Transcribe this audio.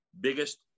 biggest